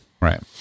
Right